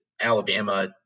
Alabama